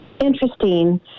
interesting